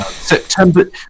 September